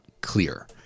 clear